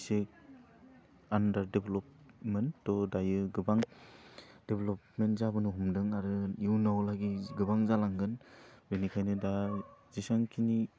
इसे आन्डार डेभ्लपमोन थ' दायो गोबां डेभ्लपमेन्ट जाबोनो हमदों आरो इयुनाव लागै गोबां जालांगोन बेनिखायनो दा जेसांखिनि